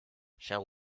shall